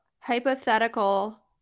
hypothetical